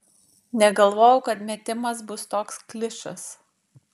negalvojau kad metimas bus toks klišas